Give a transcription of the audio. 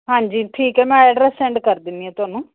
ਹਾਂਜੀ ਠੀਕ ਹੈ ਮੈਂ ਐਡਰੈਸ ਸੈਂਡ ਕਰ ਦਿੰਦੀ ਹਾਂ ਤੁਹਾਨੂੰ